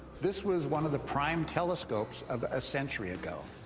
this was one of the prime telescopes of a century ago.